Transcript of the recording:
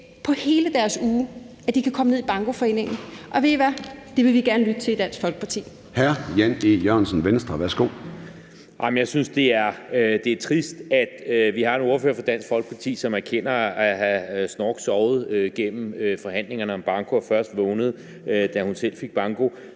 i hele deres uge, at de kan komme ned i bankoforeningen. Og ved I hvad? Det vil vi gerne lytte til i Dansk Folkeparti. Kl. 10:09 Formanden (Søren Gade): Hr. Jan E. Jørgensen, Venstre. Værsgo. Kl. 10:09 Jan E. Jørgensen (V): Jeg synes, det er trist, at vi har en ordfører for Dansk Folkeparti, som erkender at have snorksovet gennem forhandlingerne om banko og først være vågnet, da hun selv fik banko,